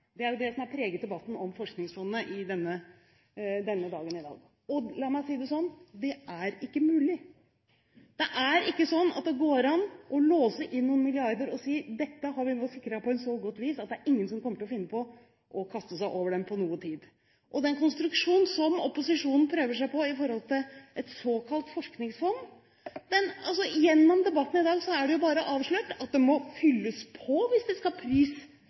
Det er jo det som har preget debatten i dag om Forskningsfondet. La meg si det sånn: Det er ikke mulig. Det er ikke sånn at det går an å låse inn noen milliarder og si: Dette har vi nå sikret på en så god måte at det ikke vil være noen som vil finne på å kaste seg over dem noen gang. Det er en konstruksjon som opposisjonen prøver seg på når det gjelder et såkalt forskningsfond. Men under debatten i dag er det jo avslørt at det må fylles på hvis avkastningen skal prisjusteres, og det krever jo et politisk vedtak. Avkastningen skal